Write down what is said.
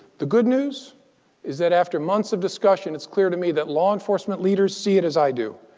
the good news is that, after months of discussion, it's clear to me that law enforcement leaders see it as i do.